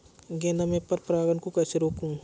गेंदा में पर परागन को कैसे रोकुं?